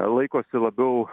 laikosi labiau